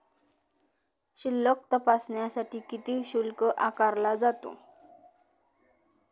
शिल्लक तपासण्यासाठी किती शुल्क आकारला जातो?